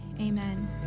amen